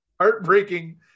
heartbreaking